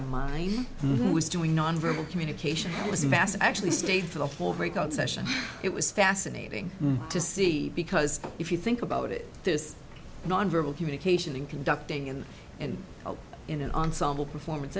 mine who was doing nonverbal communication was mass actually stayed for the whole breakout session it was fascinating to see because if you think about it this nonverbal communication in conducting and and in an ensemble performance